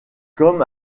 comme